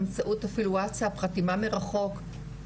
באמצעות אפילו ווסטאפ חתימה מרחוק,